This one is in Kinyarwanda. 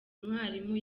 mwarimu